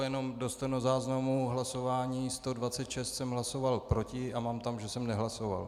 Jenom do stenozáznamu: v hlasování 126 jsem hlasoval proti a mám tam, že jsem nehlasoval.